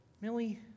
Millie